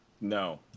No